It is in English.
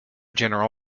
general